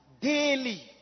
daily